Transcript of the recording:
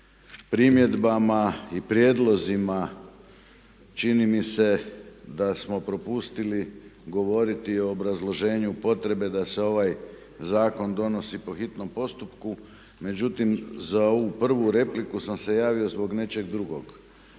primjedbama i prijedlozima, čini mi se da smo propustili o obrazloženju potrebe da se ovaj Zakon donosi po hitnom postupku. Međutim, za ovu prvu repliku sam se javio zbog nečeg drugog.